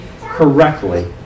correctly